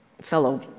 fellow